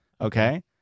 okay